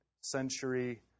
century